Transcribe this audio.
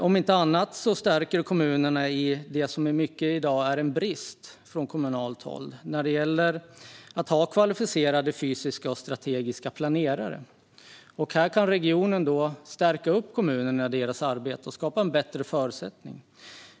Om inte annat stärker det kommunerna i det som mycket i dag är en brist på kommunalt håll, nämligen möjligheten att ha kvalificerade fysiska och strategiska planerare. Här kan regionen stärka kommunerna i deras arbete och skapa bättre förutsättningar.